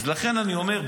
אז לכן אני אומר,